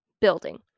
building